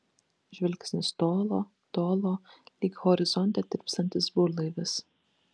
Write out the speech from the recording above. žvilgsnis tolo tolo lyg horizonte tirpstantis burlaivis